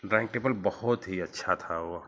dining table बहुत ही अच्छा था वह